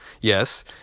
Yes